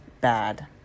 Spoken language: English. bad